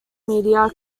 media